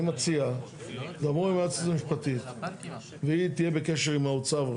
אני מציע שתדברו עם היועצת המשפטית והיא תהיה בקשר עם האוצר,